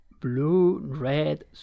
Blue-red